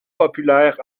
populaire